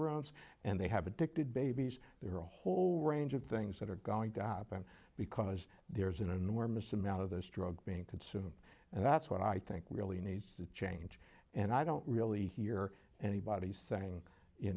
rooms and they have addicted babies there are a whole range of things that are going to happen because there's an enormous amount of this drug being consumed and that's what i think really needs to change and i don't really hear anybody saying you